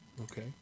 okay